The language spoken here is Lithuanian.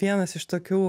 vienas iš tokių